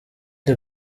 the